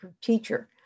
teacher